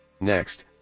next